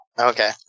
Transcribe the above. Okay